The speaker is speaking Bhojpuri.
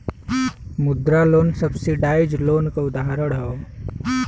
मुद्रा लोन सब्सिडाइज लोन क उदाहरण हौ